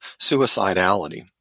suicidality